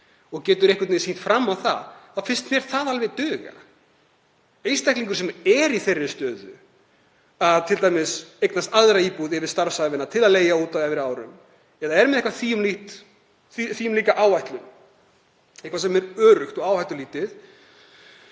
og getur einhvern veginn séð fram á það, þá finnst mér það alveg duga. Einstaklingur sem er í þeirri stöðu að eignast t.d. aðra íbúð yfir starfsævina til að leigja út á efri árum eða er með slíka áætlun, eitthvað sem er öruggt og áhættulítið